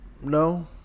No